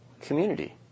community